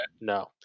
no